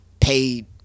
paid